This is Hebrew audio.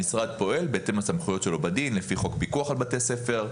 המשרד פועל בהתאם לסמכויות שלו בדין לפי חוק פיקוח על בתי ספר,